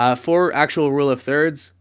ah for actual rule of thirds,